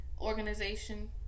organization